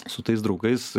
su tais draugais